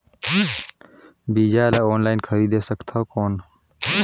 बीजा ला ऑनलाइन खरीदे सकथव कौन?